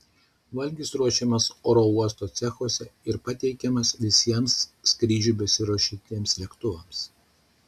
valgis ruošiamas oro uosto cechuose ir pateikiamas visiems skrydžiui besiruošiantiems lėktuvams